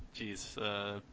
Jeez